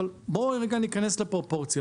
אבל בואו רגע ניכנס לפרופורציה.